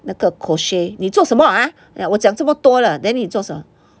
那个 crochet 你做什么 ah then 我讲这么多了 then 你做什么